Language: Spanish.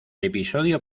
episodio